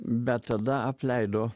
bet tada apleido